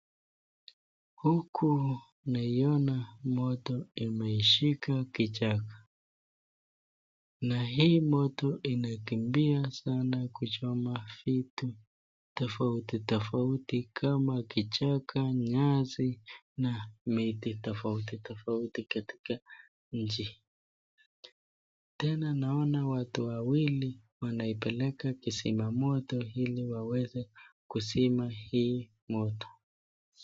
Huku naiona moto imeshika kichaka. Na hii moto inakimbia sana kuchoma vitu tofauti tofauti kama kichaka, nyasi na miti tofauti tofauti katika nchi. Tena naona watu wawili wanapeleka kizima moto ili waweze kuzima hii moto.